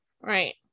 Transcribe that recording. Right